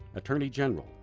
attorney general,